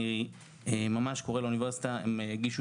אני ממש קורא לאוניברסיטה הם הגישו